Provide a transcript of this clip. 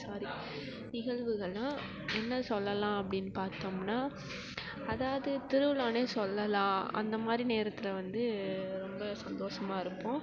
ஸாரி நிகழ்வுகள்னா என்ன சொல்லலாம் அப்படின்னு பார்த்தோம்னா அதாவது திருவிழான்னே சொல்லலாம் அந்தமாதிரி நேரத்தில் வந்து ரொம்ப சந்தோஷமா இருப்போம்